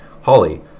Holly